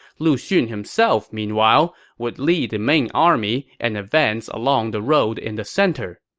lu xun, himself, meanwhile, would lead the main army and advance along the road in the center.